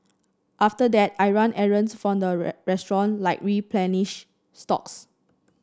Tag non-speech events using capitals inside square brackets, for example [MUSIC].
after that I run errands for the [UNINTELLIGIBLE] restaurant like replenish stocks